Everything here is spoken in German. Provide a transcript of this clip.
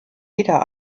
jeder